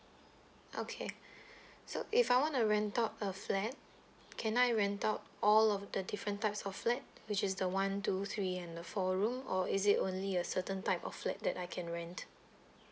okay so if I want to rent out a flat can I rent out all of the different types of flat which is the one two three and the four room or is it only a certain type of like that I can rent